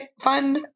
fun